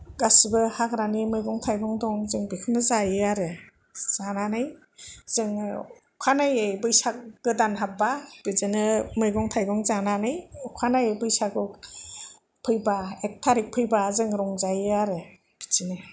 गासिबो हाग्रानि मैगं थाइगं दं जों बेखौनो जायो आरो जानानै जोङो अखानायै बैसाग गोदान हाब्बा बिदिनो मैगं थाइगं जानानै अखानायै बैसागु फैब्ला एक थारिख फैब्ला जों रंजायो आरो बिदिनो